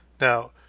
Now